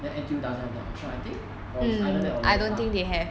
the N_T_U doesn't have the option I think or it's either that or very far